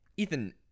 Ethan